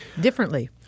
differently